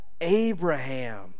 Abraham